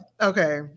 Okay